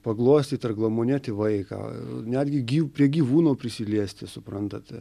paglostyt ar glamonėti vaiką netgi gy prie gyvūno prisiliesti suprantate